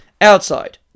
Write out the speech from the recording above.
outside